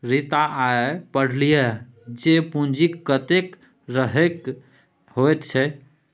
रीता आय पढ़लीह जे पूंजीक कतेक तरहकेँ होइत छै